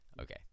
Okay